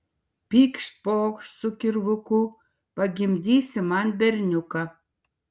pykšt pokšt su kirvuku pagimdysi man berniuką